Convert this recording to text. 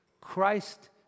Christ